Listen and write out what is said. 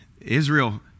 Israel